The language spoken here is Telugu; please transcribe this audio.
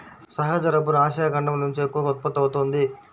సహజ రబ్బరు ఆసియా ఖండం నుంచే ఎక్కువగా ఉత్పత్తి అవుతోంది